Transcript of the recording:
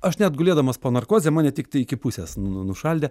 aš net gulėdamas po narkoze mane tiktai iki pusės nu nušaldė